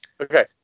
Okay